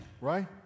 right